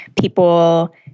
People